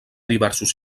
diversos